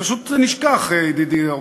פשוט זה נשכח, ידידי.